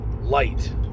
light